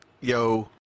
yo